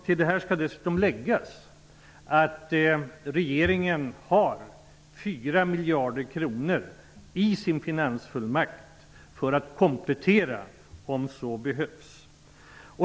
Till det här skall dessutom läggas att regeringen har 4 miljarder kronor i sin finansfullmakt för att komplettera om så behövs.